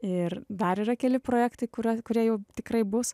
ir dar yra keli projektai kuriuo kurie jau tikrai bus